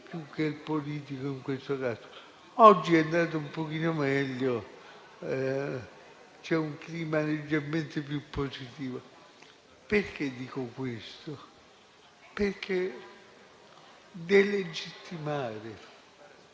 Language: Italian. più che il politico, in questo caso. Oggi è andata un pochino meglio, c'è un clima leggermente più positivo. Perché dico questo? Perché non si può delegittimare